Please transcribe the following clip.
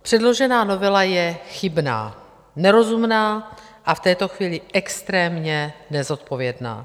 Předložená novela je chybná, nerozumná a v této chvíli extrémně nezodpovědná.